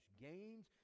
gains